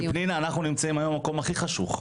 אנחנו נמצאים היום במקום הכי חשוך.